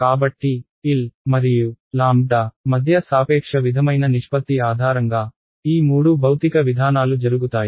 కాబట్టి L మరియు మధ్య సాపేక్ష విధమైన నిష్పత్తి ఆధారంగా ఈ మూడు భౌతిక విధానాలు జరుగుతాయి